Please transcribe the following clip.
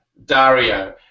Dario